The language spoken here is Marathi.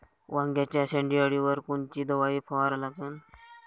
वांग्याच्या शेंडी अळीवर कोनची दवाई फवारा लागन?